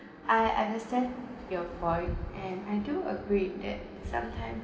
I understand your point and I do agreed that sometime